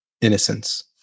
innocence